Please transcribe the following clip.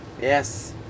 Yes